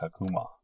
Kakuma